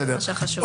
זה מה שחשוב.